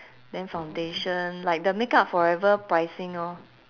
then foundation like the makeup forever pricing orh